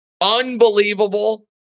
Unbelievable